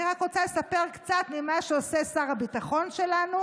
אני רק רוצה לספר קצת ממה שעושה שר הביטחון שלנו